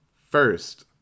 first